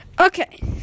Okay